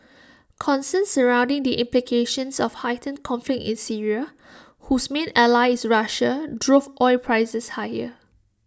concerns surrounding the implications of heightened conflict in Syria whose main ally is Russia drove oil prices higher